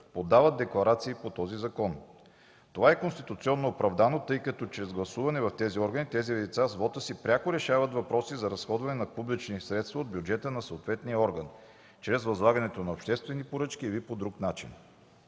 подават декларации по този закон. Това е конституционно оправдано, тъй като чрез гласуване в тези органи тези лица с вота си пряко решават въпроси за разходване на публични средства от бюджета на съответния орган – чрез възлагане на обществени поръчки или по друг начин.